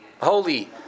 holy